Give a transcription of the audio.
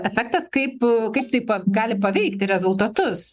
efektas kaip kaip tai pa gali paveikti rezultatus